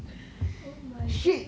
oh my god